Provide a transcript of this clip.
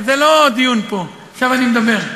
זה לא דיון פה, עכשיו אני מדבר.